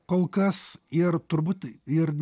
kol kas ir turbūt ir